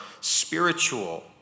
spiritual